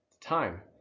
time